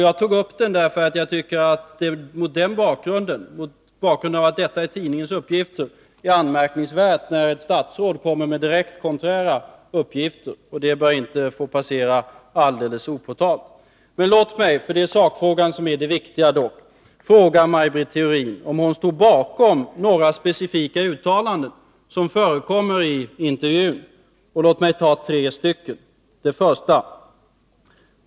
Jag tog upp den därför att det, mot bakgrund av att detta är tidningens uppgifter, är anmärkningsvärt när ett statsråd kommer med direkt konträra uppgifter. Det bör inte få passera helt opåtalt. Men det är sakfrågan som är det viktiga, och låt mig därför få fråga Maj Britt Theorin om hon står bakom några specifika uttalanden som förekommer i intervjun. Låt mig ta tre av dem: 1.